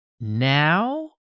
Now